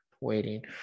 Waiting